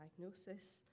diagnosis